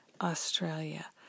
Australia